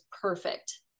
perfect